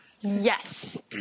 Yes